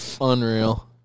Unreal